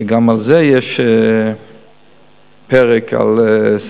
וגם בו יש סעיף שנוגע